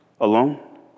alone